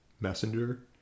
messenger